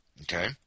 Okay